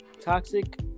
Toxic